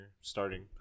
starting